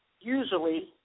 usually